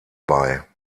bei